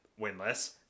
winless